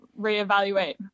reevaluate